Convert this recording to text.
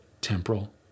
Temporal